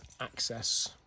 access